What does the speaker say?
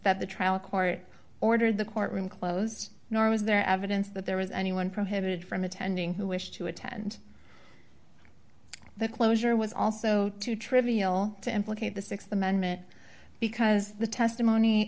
that the trial court ordered the court room closed nor was there evidence that there was anyone prohibited from attending who wished to attend the closure was also too trivial to implicate the th amendment because the testimony